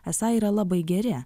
esą yra labai geri